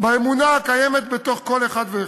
באמונה הקיימת בתוך כל אחד ואחד.